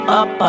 up